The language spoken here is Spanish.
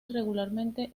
irregularmente